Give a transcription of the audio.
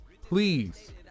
please